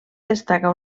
destaca